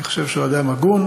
אני חושב שהוא אדם הגון,